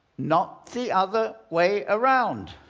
not the other way around.